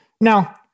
Now